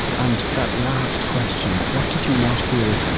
and that last question what did you not hear?